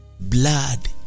blood